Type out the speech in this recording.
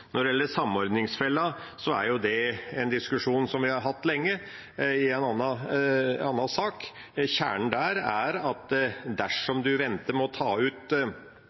Når det gjelder samordningsfella, er jo det en diskusjon som vi har hatt lenge i en annen sak. Kjernen i den saken er at dersom en venter med å ta ut